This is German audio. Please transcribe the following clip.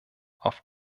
auf